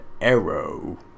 Arrow